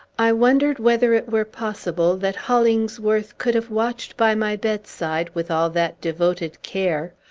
i wondered whether it were possible that hollingsworth could have watched by my bedside, with all that devoted care,